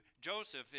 Joseph